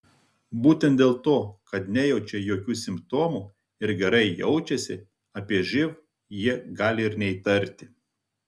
būtent dėl to kad nejaučia jokių simptomų ir gerai jaučiasi apie živ jie gali ir neįtarti